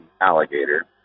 alligator